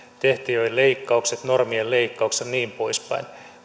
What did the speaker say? tehtävien leikkaukset normien leikkaukset ja niin poispäin